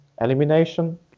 elimination